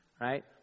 right